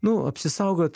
nu apsisaugot